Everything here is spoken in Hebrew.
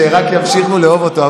שרק ימשיכו לאהוב אותו.